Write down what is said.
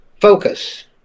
focus